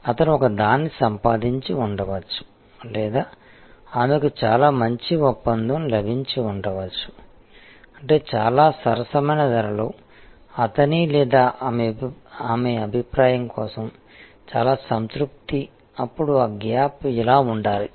అతను ఒకదాన్ని సంపాదించి ఉండవచ్చు లేదా ఆమెకు చాలా మంచి ఒప్పందం లభించి ఉండవచ్చు అంటే చాలా సరసమైన ధరలో అతని లేదా ఆమె అభిప్రాయం కోసం చాలా సంతృప్తి అప్పుడు ఆ గ్యాప్ ఇలా ఉండాలి